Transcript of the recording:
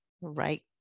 Right